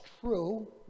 true